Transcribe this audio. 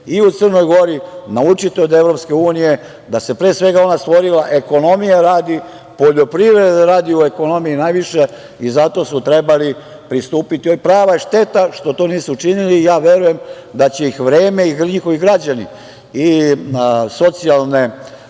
i u Crnoj Gori naučiti od EU, da se pre svega ona stvorila, ekonomija radi, poljoprivreda radi u ekonomiji najviše i zato su trebali pristupiti. Prava je šteta što to nisu učinili. Verujem da će ih vreme i njihovi građani, i socijalne